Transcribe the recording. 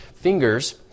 fingers